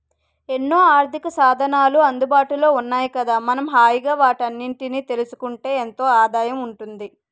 ఎన్నో ఆర్థికసాధనాలు అందుబాటులో ఉన్నాయి కదా మనం హాయిగా వాటన్నిటినీ తెలుసుకుంటే ఎంతో ఆదాయం ఉంటుంది